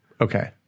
Okay